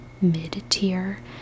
mid-tier